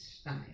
Style